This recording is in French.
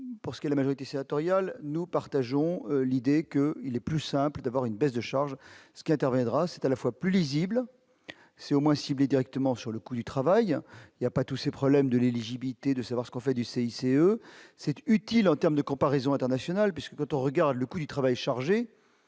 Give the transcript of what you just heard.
parce que la majorité sénatoriale, nous partageons l'idée que, il est plus simple d'avoir une baisse de charges ce qui interviendra, c'est à la fois plus lisible, c'est au moins ciblés directement sur le coût du travail il y a pas tous ces problèmes de l'éligibilité de savoir ce qu'on fait du CICE c'était utile en terme de comparaison internationale, puisque quand on regarde le coût du travail chargé,